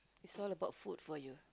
is all about food for you